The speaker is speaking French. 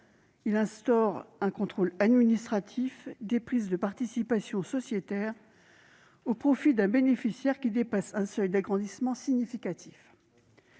Il instaure un contrôle administratif et des prises de participations sociétaires, au profit d'un bénéficiaire qui dépasse un seuil d'agrandissement significatif.